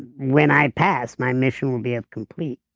when i pass my mission will be of complete,